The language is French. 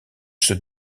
ceux